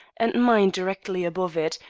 and mine directly above it,